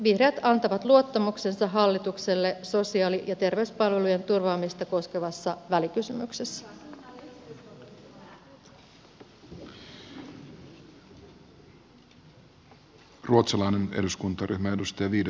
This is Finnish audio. vihreät antavat luottamuksensa hallitukselle sosiaali ja terveyspalvelujen turvaamista koskevassa välikysymyksessä